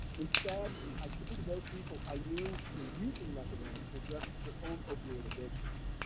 instead, i took into those people i knew were using methadone to address their own opioid addictions.